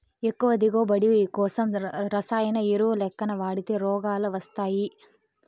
ఎక్కువ దిగువబడి కోసం రసాయన ఎరువులెక్కవ వాడితే రోగాలు వస్తయ్యి